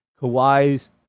Kawhi's